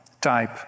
type